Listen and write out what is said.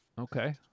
Okay